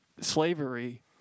slavery